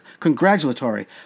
congratulatory